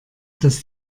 dass